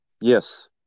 Yes